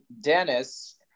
Dennis